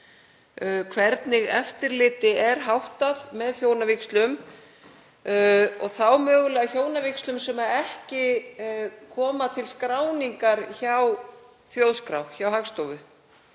hvernig eftirliti er háttað með hjónavígslum og þá mögulega hjónavígslum sem ekki koma til skráningar hjá Þjóðskrá, hjá Hagstofu,